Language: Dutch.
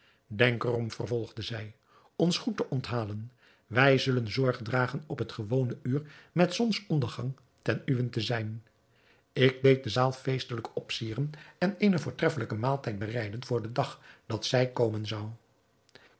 denk er om vervolgde zij ons goed te onthalen wij zullen zorg dragen op het gewone uur met zonsondergang ten uwent te zijn ik deed de zaal feestelijk opsieren en eenen voortreffelijken maaltijd bereiden voor den dag dat zij komen zouden